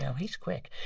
yeah he's quick.